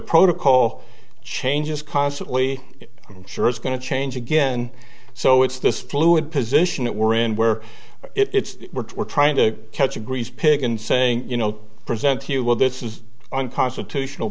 protocol changes constantly i'm sure it's going to change again so it's this fluid position that we're in where it's we're trying to catch a greased pig and saying you know present to you well this is unconstitutional